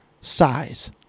size